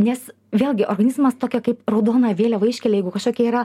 nes vėlgi organizmas tokią kaip raudoną vėliavą iškelia jeigu kažkokie yra